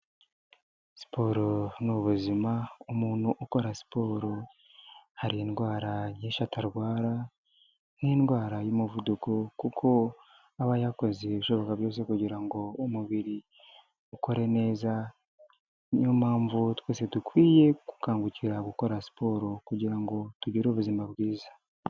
Siporo ni ubuzima umuntu ukora siporo hari indwara nyinshi atarwara nk'indwara y'umuvuduko kuko aba yakoze ibishoboka byose kugira ngo umubiri ukore neza, niyo mpamvu twese dukwiye gukangukira gukora siporo kugira ngo tugire ubuzima bwiza.